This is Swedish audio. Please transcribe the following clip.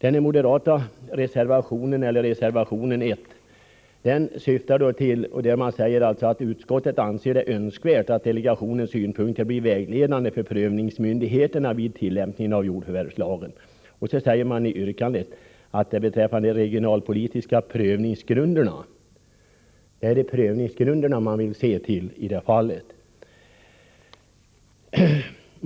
I moderaternas reservation 2 skriver man: ”Utskottet anser det önskvärt att delegationens synpunkter blir vägledande för prövningsmyndigheterna vid tillämpningen av JFL.” I yrkandet sägs att man vill se till prövningsgrunderna.